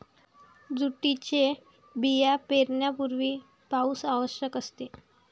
जूटचे बिया पेरण्यापूर्वी पाऊस आवश्यक असते